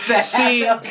see